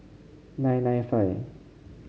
nine nine five